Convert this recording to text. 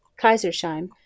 Kaisersheim